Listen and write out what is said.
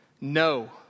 No